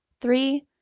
Three